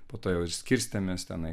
po to jau ir skirstėmės tenai